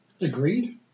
Agreed